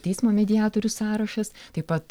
teismo mediatorių sąrašas taip pat